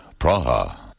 Praha